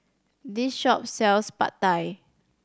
this shop sells Pad Thai